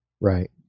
Right